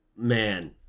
man